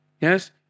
Yes